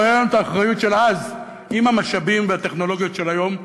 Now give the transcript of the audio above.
לו הייתה האחריות של אז עם המשאבים והטכנולוגיות של היום,